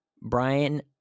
Brian